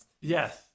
Yes